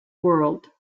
world